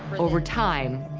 over time,